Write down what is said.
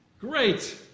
Great